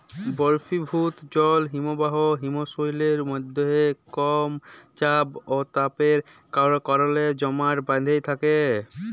বরফিভুত জল হিমবাহ হিমশৈলের মইধ্যে কম চাপ অ তাপের কারলে জমাট বাঁইধ্যে থ্যাকে